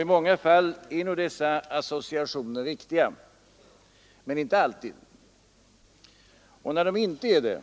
I många fall är nog dessa associationer också riktiga, men inte alltid. Och när de inte är